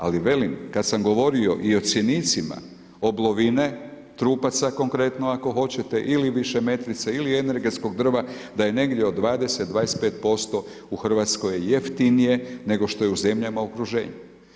Ali velim, kad sam govorio i o cjenicima oblovine, trupaca konkretno, ako hoćete, ili višemetrice ili energetskog drva, da je negdje od 20-25% u Hrvatskoj jeftinije nego što je u zemljama u okruženju.